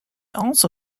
also